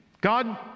God